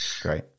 Great